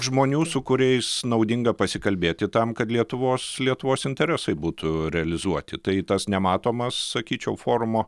žmonių su kuriais naudinga pasikalbėti tam kad lietuvos lietuvos interesai būtų realizuoti tai tas nematomas sakyčiau forumo